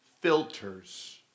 filters